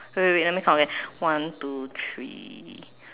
wait wait wait let me count again one two three